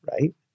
right